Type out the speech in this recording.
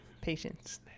Patience